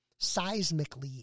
seismically